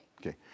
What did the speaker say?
Okay